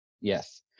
yes